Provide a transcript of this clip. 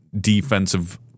defensive